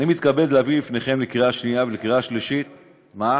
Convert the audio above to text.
אני מתכבד להביא לפניכם לקריאה שנייה ולקריאה שלישית מה?